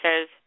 says